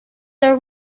are